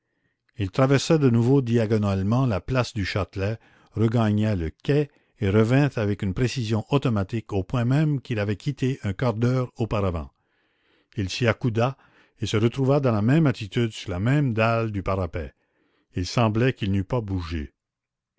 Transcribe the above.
il traversa de nouveau diagonalement la place du châtelet regagna le quai et revint avec une précision automatique au point même qu'il avait quitté un quart d'heure auparavant il s'y accouda et se retrouva dans la même attitude sur la même dalle du parapet il semblait qu'il n'eût pas bougé